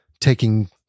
taking